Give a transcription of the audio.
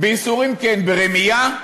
בייסורים כן, ברמייה?